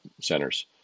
centers